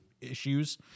issues